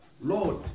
Lord